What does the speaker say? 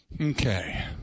Okay